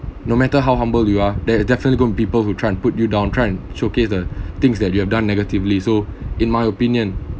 no matter how humble you are there are definitely going to people who try and put your down try and showcase the things that you have done negatively so in my opinion